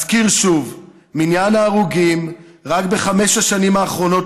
אזכיר שוב: מניין ההרוגים רק בחמש השנים האחרונות